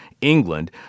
England